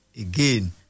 again